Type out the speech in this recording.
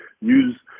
use